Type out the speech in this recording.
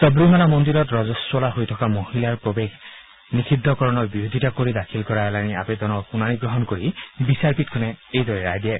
সাৱিমালা মন্দিৰত ৰজস্বলা হৈ থকা বয়সৰ মহিলাৰ প্ৰৱেশ নিষিদ্ধকৰণৰ বিৰোধিতা কৰি দাখিল কৰা এলানি আৱেদনৰ শুনানি গ্ৰহণ কৰি বিচাৰপীঠখনে এইদৰে ৰায় দিয়ে